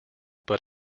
but